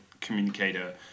communicator